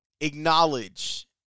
acknowledge